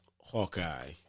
Hawkeye